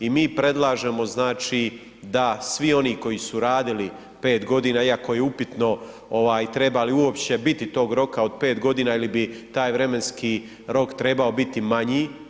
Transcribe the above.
I mi predlažemo znači da svi oni koji su radili 5 godina iako je upitno ovaj treba li uopće biti tog roka od 5 godina ili bi taj vremenski rok trebao biti manji.